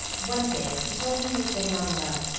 one day he told me he was getting on well,